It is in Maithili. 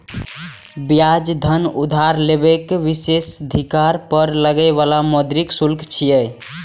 ब्याज धन उधार लेबाक विशेषाधिकार पर लागै बला मौद्रिक शुल्क छियै